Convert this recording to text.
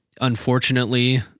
unfortunately